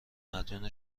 مدیون